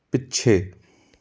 ਪਿੱਛੇ